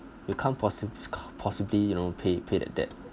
you can't possibly possibly you know pay pay that debt